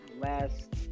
last